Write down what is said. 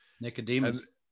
Nicodemus